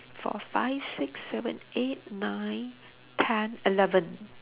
four five six seven eight nine ten eleven